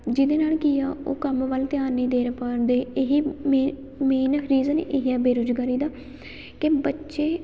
ਜਿਹਦੇ ਨਾਲ ਕੀ ਆ ਉਹ ਕੰਮ ਵੱਲ ਧਿਆਨ ਨੀ ਦੇ ਪਾਉਂਦੇ ਇਹ ਹੀ ਮੇ ਮੇਨ ਰੀਜ਼ਨ ਇਹ ਬੇਰੋਜ਼ਗਾਰੀ ਦਾ ਕਿ ਬੱਚੇ